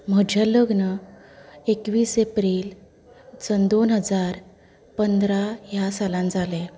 म्हजें लग्न एकवीस एप्रील सन दोन हजार पंदरा ह्या सालांत जाले